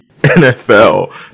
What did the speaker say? NFL